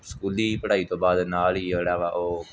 ਸਕੂਲੀ ਪੜ੍ਹਾਈ ਤੋਂ ਬਾਅਦ ਨਾਲ ਹੀ ਜਿਹੜਾ ਵਾ ਉਹ